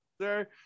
sir